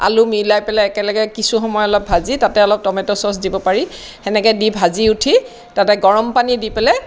আলু মিলাই পেলাই একেলগে কিছু সময় অলপ ভাজি তাতে অলপ টমেট' চচ দিব পাৰি সেনেকৈ দি অলপ ভাজি উঠি তাতে গৰম পানী দি পেলাই